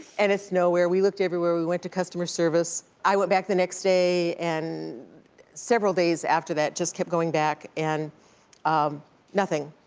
and it's nowhere. we looked everywhere, we went to customer service, i went back the next day, and several days after that, just kept going back, and um nothing.